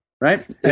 right